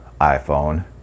iPhone